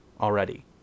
already